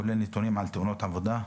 כולל נתונים על תאונות עבודה.